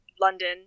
London